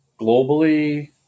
globally